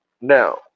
now